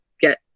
get